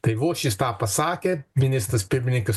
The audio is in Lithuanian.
tai vos šis tą pasakė ministras pirmininkas